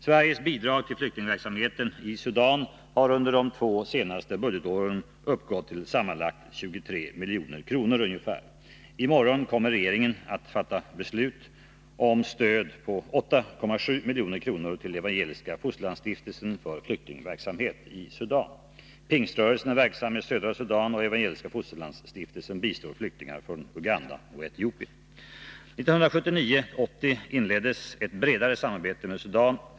Sveriges bidrag till flyktingverksamheten i Sudan har under de två senaste budgetåren uppgått till sammanlagt ca 26 milj.kr. I morgon kommer regeringen att fatta beslut om stöd på 8,7 milj.kr. till Evangeliska fosterlandsstiftelsen för flyktingverksamhet i Sudan. Pingströrelsen är verksam i södra Sudan och Evangeliska fosterlandsstiftelsen bistår flyktingar från Uganda och Etiopien. 1979/80 inleddes ett bredare samarbete med Sudan.